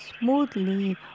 smoothly